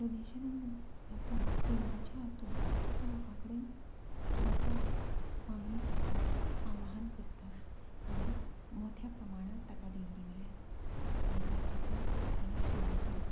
डोनेशना हातूंत देणगेच्या हातूंत तो लोकां कडेन स्वता मागणी करता आव्हान करता आनी मोट्या प्रमाणांत ताका देणगी मेळ्ळ्या आनी तातूंतल्यानच ताणें श्रमधाम